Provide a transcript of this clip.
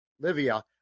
Livia